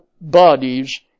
bodies